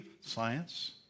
science